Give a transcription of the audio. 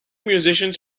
musicians